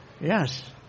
Yes